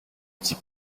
dis